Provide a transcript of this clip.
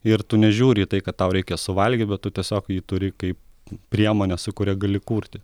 ir tu nežiūri į tai kad tau reikia suvalgyt bet tu tiesiog jį turi kaip priemonę su kuria gali kurti